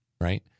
right